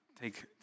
take